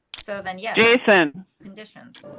so then, yeah, jason conditions